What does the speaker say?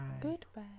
Goodbye